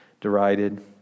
derided